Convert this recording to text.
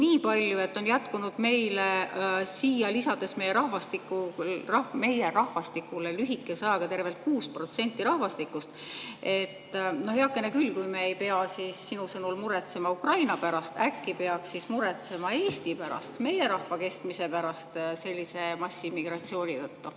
nii palju, et on jätkunud meile siia, nad on lisanud meile lühikese ajaga tervelt 6% rahvastikust. Heakene küll, kui me ei pea sinu sõnul muretsema Ukraina pärast, äkki peaksime siis muretsema Eesti pärast, meie rahva kestmise pärast sellise massiimmigratsiooni tõttu?